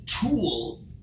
tool